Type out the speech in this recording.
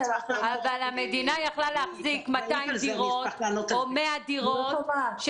אבל המדינה יכלה להחזיק 200 דירות או 100 דירות.